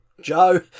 Joe